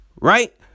Right